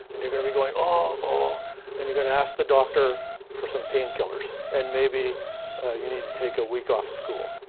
and you're gonna be going, ah oh, oh and you're gonna ask the doctor for some painkillers, and maybe you need to take a week off of school.